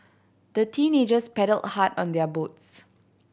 the teenagers paddled hard on their boats